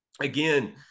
again